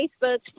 Facebook